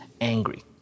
angry